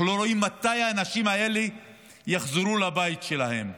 אנחנו לא רואים מתי האנשים האלה יחזרו לבתים שלהם.